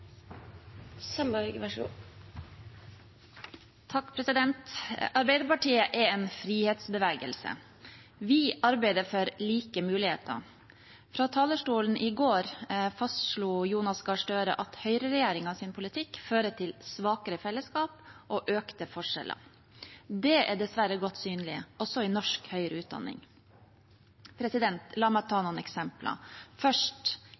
en frihetsbevegelse. Vi arbeider for like muligheter. Fra talerstolen i går fastslo Jonas Gahr Støre at Høyre-regjeringens politikk fører til svakere fellesskap og økte forskjeller. Det er dessverre godt synlig også i norsk høyere utdanning. La meg ta noen eksempler – først